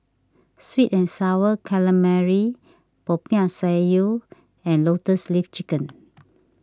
Sweet and Sour Calamari Popiah Sayur and Lotus Leaf Chicken